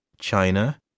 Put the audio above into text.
China